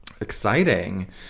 Exciting